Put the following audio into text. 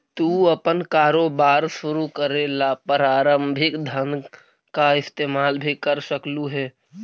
तू अपन कारोबार शुरू करे ला प्रारंभिक धन का इस्तेमाल भी कर सकलू हे